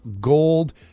gold